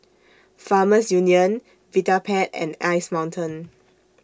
Farmers Union Vitapet and Ice Mountain